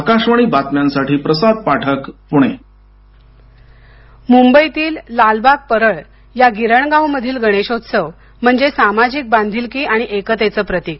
आकाशवाणी बातम्यांसाठी प्रसाद पाठक पुणे परळ चाल प्रतिकृती मुंबईतील लालबाग परळ या गिरणगावमधील गणेशोत्सव म्हणजे सामाजिक बांधिलकी आणि एकतेचं प्रतिक